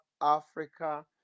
Africa